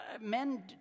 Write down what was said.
Men